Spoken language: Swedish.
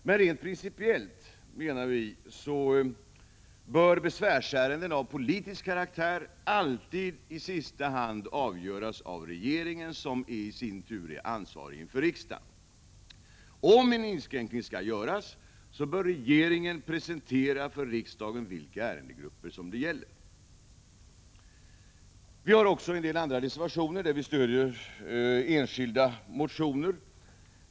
Men rent principiellt, menar vi, bör besvärsärenden av politisk karaktär alltid i sista hand avgöras av regeringen, som i sin tur är ansvarig inför riksdagen. Om en inskränkning skall göras, bör regeringen för riksdagen redovisa vilka ärendegrupper det gäller. I andra reservationer stöder vi enskilda motioner.